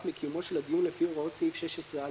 מקיומו של הדיון לפי הוראות סעיף 16א,